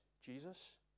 Jesus